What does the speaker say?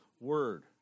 word